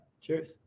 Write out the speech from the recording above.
Cheers